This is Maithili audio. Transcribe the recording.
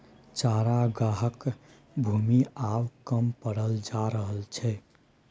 चरागाहक भूमि आब कम पड़ल जा रहल छै